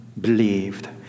believed